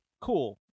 Cool